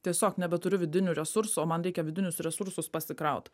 tiesiog nebeturiu vidinių resursų o man reikia vidinius resursus pasikraut